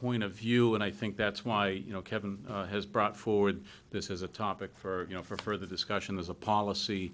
point of view and i think that's why you know kevin has brought forward this is a topic for you know for further discussion as a policy